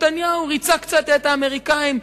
נתניהו ריצה קצת את האמריקנים,